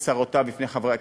את צרותיו בפני חברי הכנסת.